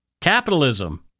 Capitalism